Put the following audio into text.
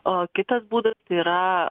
o kitas būdas tai yra